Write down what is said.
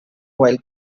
oil